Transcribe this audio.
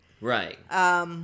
Right